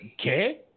Okay